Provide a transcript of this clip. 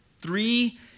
Three